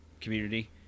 community